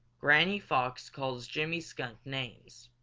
granny fox calls jimmy skunk names